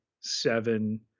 Seven